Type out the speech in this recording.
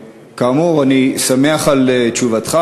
כאמור, אני שמח על תשובתך.